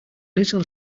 little